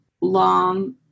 long